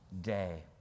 day